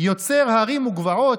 יוצר הרים וגבעות,